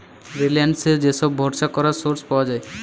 reliable যে সব ভরসা করা সোর্স পাওয়া যায়